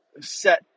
set